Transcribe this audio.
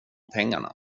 pengarna